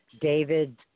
David